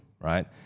right